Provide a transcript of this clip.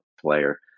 player